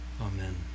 Amen